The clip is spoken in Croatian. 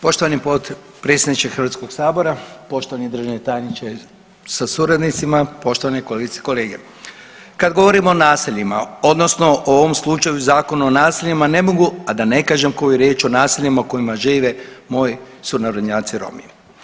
Poštovani potpredsjedniče Hrvatskog sabora, poštovani državni tajniče sa suradnicima, poštovane kolegice i kolege, kad govorimo o naseljima odnosno u ovom slučaju o Zakonu o naseljima ne mogu a da ne kažem koju riječ o naseljima u kojima žive moji sunarodnjaci Romi.